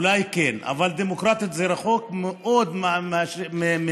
אולי כן, אבל דמוקרטית, זה רחוק מאוד מהדמוקרטיה,